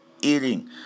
eating